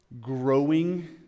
growing